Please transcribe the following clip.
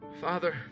Father